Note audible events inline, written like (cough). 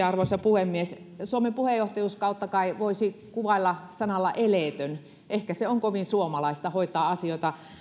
(unintelligible) arvoisa puhemies suomen puheenjohtajuuskautta kai voisi kuvailla sanalla eleetön ehkä on kovin suomalaista hoitaa asioita